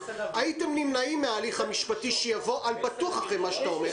הייתם נמנעים מן ההליך המשפטי שיבוא בוודאי אחרי מה שאתה אומר.